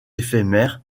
éphémères